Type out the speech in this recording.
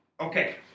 Okay